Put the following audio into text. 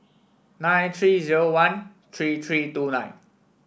nine three zero one three three two nine